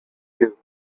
you